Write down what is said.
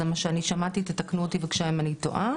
זה מה שאני שמעתי ותתקנו בבקשה אם אני טועה.